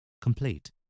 Complete